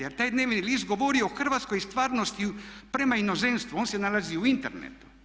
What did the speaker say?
Jer taj dnevni list govori o Hrvatskoj i stvarnosti prema inozemstvu, on se nalazi u internetu.